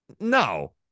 No